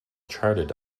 charted